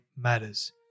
matters